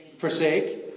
Forsake